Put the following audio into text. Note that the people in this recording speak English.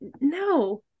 no